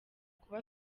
kuba